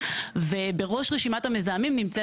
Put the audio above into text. בראש רשימת המזהמים נמצא